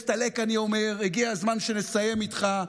הסתלק, אני אומר, הגיע הזמן שנסיים איתך.